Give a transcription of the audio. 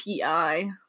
PI